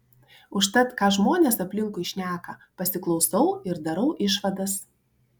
užtat ką žmonės aplinkui šneka pasiklausau ir darau išvadas